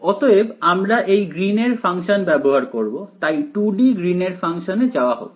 অতএব আমরা এই গ্রীন এর ফাংশন ব্যবহার করব তাই 2 D গ্রীন এর ফাংশনে যাওয়া হোক